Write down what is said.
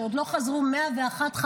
שעוד לא חזרו 101 חטופים.